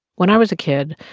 when i was a kid,